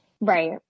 right